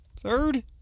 third